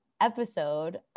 episode